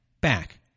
back